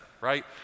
right